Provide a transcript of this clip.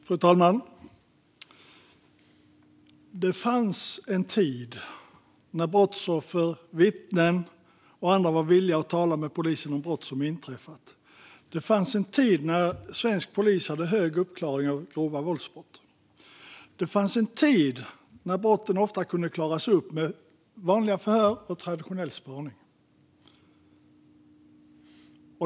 Fru talman! Det fanns en tid när brottsoffer, vittnen och andra var villiga att tala med polisen om brott som inträffat. Det fanns en tid när svensk polis hade hög uppklaring av grova våldsbrott. Det fanns en tid när brotten ofta kunde klaras upp med vanliga förhör och traditionell spaning.